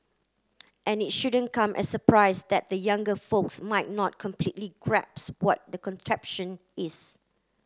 and it shouldn't come as a surprise that the younger folks might not completely grasp what that contraption is